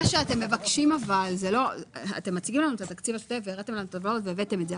אתם מציגים לנו את התקציב השוטף והראיתם לנו טבלאות והראיתם את זה,